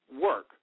work